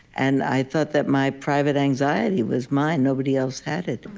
and i thought that my private anxiety was mine. nobody else had it.